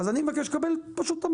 אני פשוט מבקש לקבל את המידע.